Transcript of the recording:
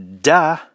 Duh